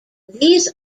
these